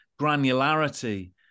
granularity